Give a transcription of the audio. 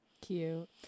Cute